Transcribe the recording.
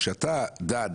כשאתה דן